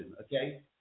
okay